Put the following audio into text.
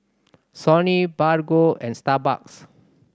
Sony Bargo and Starbucks